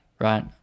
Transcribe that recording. right